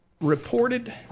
reported